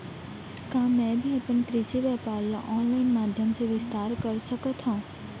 का मैं भी अपन कृषि व्यापार ल ऑनलाइन माधयम से विस्तार कर सकत हो?